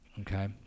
Okay